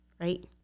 right